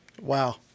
Wow